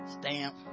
stamp